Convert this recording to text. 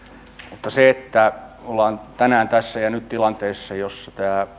mutta se että ollaan tänään tässä ja nyt tilanteessa jossa tämä